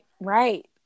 Right